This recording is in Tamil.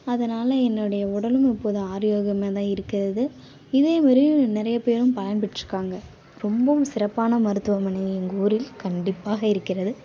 அதனால என்னுடைய உடலும் இப்போது ஆரியோகமாக தான் இருக்கிறது இதேமாரி நிறைய பேரும் பயன்பெற்றுருக்காங்க ரொம்பவும் சிறப்பான மருத்துவமனை எங்கள் ஊரில் கண்டிப்பாக இருக்கிறது